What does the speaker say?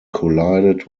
collided